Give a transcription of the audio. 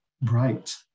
bright